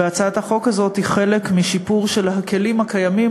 והצעת החוק הזאת היא חלק משיפור הכלים הקיימים